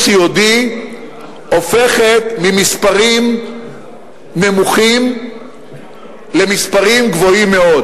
סיעודי עולה ממספרים נמוכים למספרים גבוהים מאוד.